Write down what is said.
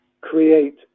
create